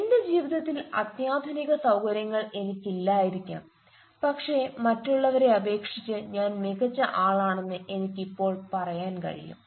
എന്റെ ജീവിതത്തിൽ അത്യാധുനിക സൌകര്യങ്ങൾ എനിക്കില്ലായിരിക്കാം പക്ഷേ മറ്റുള്ളവരെ അപേക്ഷിച്ച് ഞാൻ മികച്ച ആളാണെന്ന് എനിക്ക് ഇപ്പോഴും പറയാൻ കഴിയും